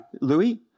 Louis